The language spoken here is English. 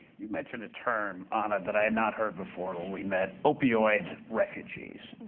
you mentioned a term, anna, that i had not heard before when we met opioid refugees.